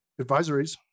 Advisories